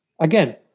again